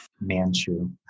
Manchu